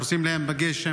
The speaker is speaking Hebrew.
הורסים להם, בגשם,